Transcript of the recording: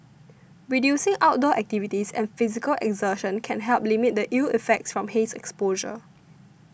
reducing outdoor activities and physical exertion can help limit the ill effects from haze exposure